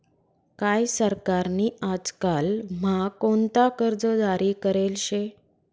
काय सरकार नी आजकाल म्हा कोणता कर्ज जारी करेल शे